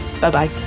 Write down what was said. Bye-bye